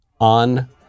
on